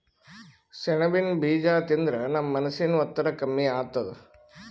ಸೆಣಬಿನ್ ಬೀಜಾ ತಿಂದ್ರ ನಮ್ ಮನಸಿನ್ ಒತ್ತಡ್ ಕಮ್ಮಿ ಆತದ್